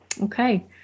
Okay